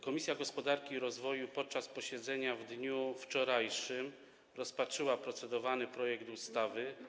Komisja Gospodarki i Rozwoju podczas posiedzenia w dniu wczorajszym rozpatrzyła procedowany projekt ustawy.